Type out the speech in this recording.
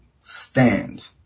stand